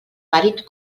vàlid